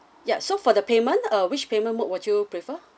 ya so for the payment uh which payment mode what you prefer